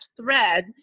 thread